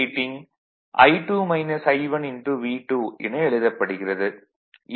rating V2 என எழுதப்படுகிறது